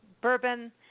bourbon